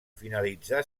finalitzà